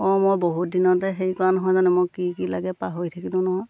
অঁ মই বহুত দিনতে হেৰি কৰা নহয় জানো মই কি কি লাগে পাহৰি থাকিলো নহয়